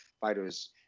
Fighters